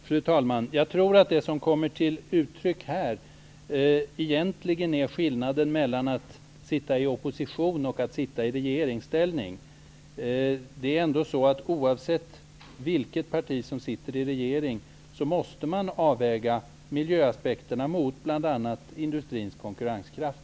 Fru talman! Jag tror att det som har kommit till uttryck här egentligen är skillnaden mellan att sitta i opposition och att sitta i regeringsställning. Oavsett vilket parti som innehar regeringsmakten måste man, som jag tidigare nämnde, avväga miljöaspekterna mot bl.a. industrins konkurrenskraft.